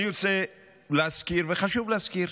אני רוצה להזכיר, וחשוב להזכיר,